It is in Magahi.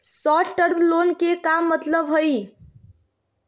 शार्ट टर्म लोन के का मतलब हई?